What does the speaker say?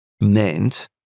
meant